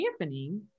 happening